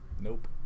nope